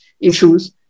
issues